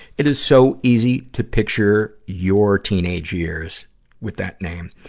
it is so easy to picture your teenage years with that name.